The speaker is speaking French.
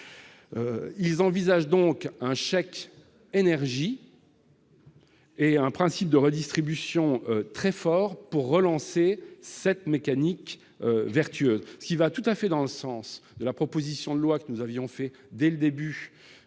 CAE envisage donc un chèque énergie et un principe de redistribution très fort pour relancer cette mécanique vertueuse, ce qui va tout à fait dans le sens de la proposition de loi sur le pouvoir d'achat